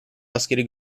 askeri